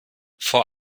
vor